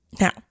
Now